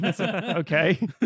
okay